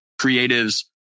creatives